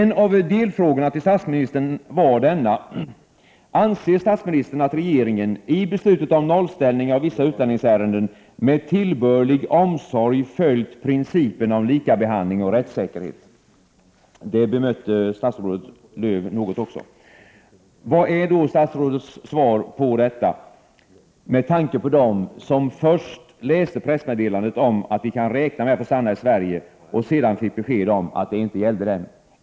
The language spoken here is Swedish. En av delfrågorna till statsministern var denna: ”Anser statsministern att regeringen i beslutet om nollställning av vissa utlänningsärenden med tillbörlig omsorg följt principerna om likabehandling och rättssäkerhet?” Också detta bemötte statsrådet Lööw något. Vad är statsrådet svar, med tanke på dem som först läste pressmeddelandet om att de kunde räkna med att få stanna i Sverige men sedan fick besked om att detta inte gällde dem?